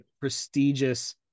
prestigious